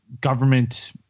government